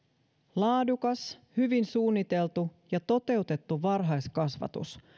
laadukas hyvin suunniteltu ja toteutettu varhaiskasvatus